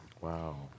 Wow